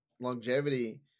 longevity